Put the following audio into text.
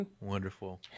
Wonderful